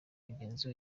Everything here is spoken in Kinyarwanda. mugenzi